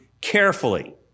carefully